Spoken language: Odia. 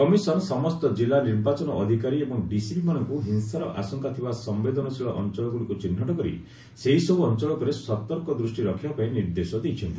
କମିଶନ୍ ସମସ୍ତ ଜିଲ୍ଲା ନିର୍ବାଚନ ଅଧିକାରୀ ଏବଂ ଡିସିପିମାନଙ୍କୁ ହିଂସାର ଆଶଙ୍କା ଥିବା ସମ୍ଭେଦନଶୀଳ ଅଞ୍ଚଳଗୁଡ଼ିକୁ ଚିହ୍ନଟ କରି ସେହିସବୁ ଅଞ୍ଚଳ ଉପରେ ସତର୍କ ଦୃଷ୍ଟି ରଖିବାପାଇଁ ନିର୍ଦ୍ଦେଶ ଦେଇଛନ୍ତି